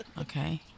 Okay